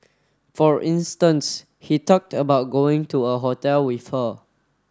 for instance he talked about going to a hotel with her